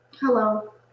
hello